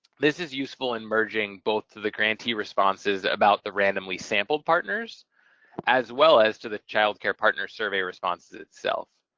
this is useful in merging both to the grantee responses about the randomly sampled partners as well as to the child care partner survey responses itself.